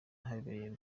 ahabereye